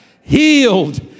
healed